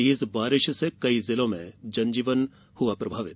तेज बारिश से कई जिलों में जनजीवन हुआ प्रभावित